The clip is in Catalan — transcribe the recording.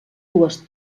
dues